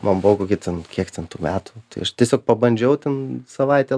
man buvo kokie ten kiek ten tų metų tai aš tiesiog pabandžiau ten savaitę